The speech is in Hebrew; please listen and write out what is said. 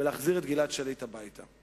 ולהחזיר את גלעד שליט הביתה.